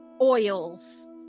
oils